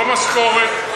לא משכורת,